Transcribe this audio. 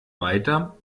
weiter